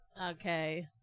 Okay